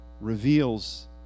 reveals